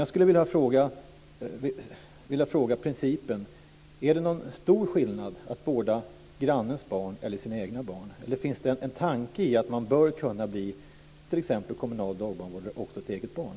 Jag skulle vilja fråga kring principen: Är det stor skillnad mellan att vårda grannens barn och att vårda sina egna barn, och finns det en tanke om att man bör kunna bli t.ex. kommunal dagbarnvårdare också till eget barn?